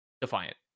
Defiant